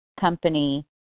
company